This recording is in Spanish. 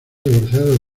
divorciado